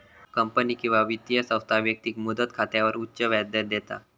company किंवा वित्तीय संस्था व्यक्तिक मुदत ठेव खात्यावर उच्च व्याजदर देता